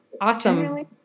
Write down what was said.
Awesome